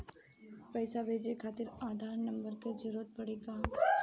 पैसे भेजे खातिर आधार नंबर के जरूरत पड़ी का?